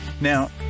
now